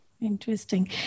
Interesting